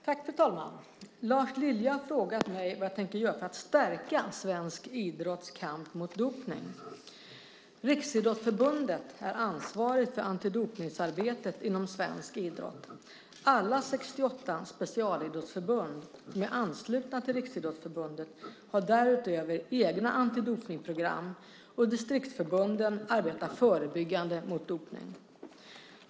Fru talman! Lars Lilja har frågat mig vad jag tänker göra för att stärka svensk idrotts kamp emot dopning. Riksidrottsförbundet är ansvarigt för antidopningsarbetet inom svensk idrott. Alla 68 specialidrottsförbund som är anslutna till Riksidrottsförbundet har därutöver egna antidopningsprogram, och distriktsförbunden arbetar förebyggande mot dopning.